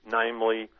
namely